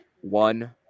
one